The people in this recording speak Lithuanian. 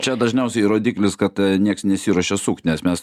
čia dažniausiai rodiklis kad nieks nesiruošia sukt nes mes